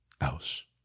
else